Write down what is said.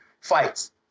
fights